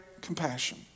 compassion